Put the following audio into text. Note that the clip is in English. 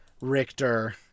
Richter